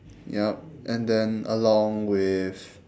yup and then along with